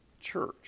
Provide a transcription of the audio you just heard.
church